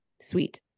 Sweet